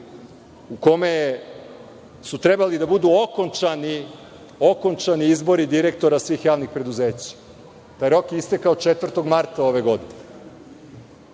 u kome su trebali da budu okončani izbori direktora svih javnih preduzeća. Rok je istekao 4. marta ove godine.